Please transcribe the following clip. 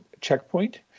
Checkpoint